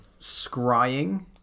scrying